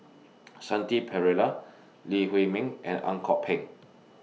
Shanti Pereira Lee Huei Min and Ang Kok Peng